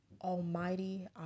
almighty